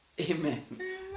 Amen